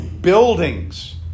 buildings